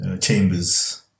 Chambers